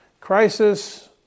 crisis